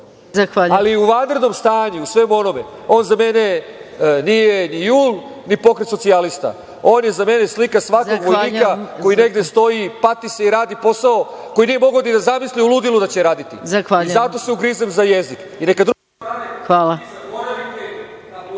Ali, u vanrednom stanju u svemu onome, on za mene nije ni JUL, ni Pokrete socijalista. On je za mene slika svakog vojnika koji negde stoji i pati se i radi posao koji nije mogao ni da zamisli u ludilu da će raditi i zato se ugrizem za jezik.